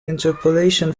interpolation